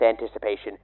anticipation